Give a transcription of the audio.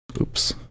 Oops